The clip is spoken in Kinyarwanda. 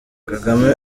kagame